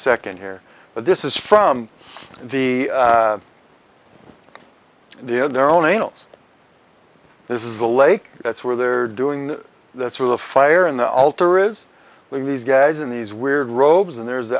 second here but this is from the the in their own angels this is the lake that's where they're doing that's where the fire in the altar is when these guys in these weird robes and there